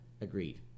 agreed